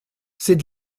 c’est